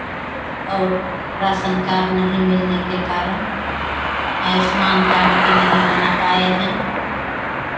और ration card नहीं मिलने के कारण आयुष्मान कार्ड भी नहीं बना पाए हैं